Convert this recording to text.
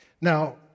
Now